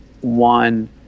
one